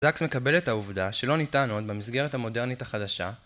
זקס מקבל את העובדה שלא ניתנות במסגרת המודרנית החדשה